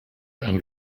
and